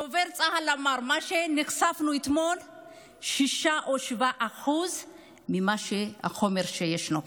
דובר צה"ל אמר שמה שנחשפנו אליו אתמול הוא 6% או 7% מהחומר שיש לו.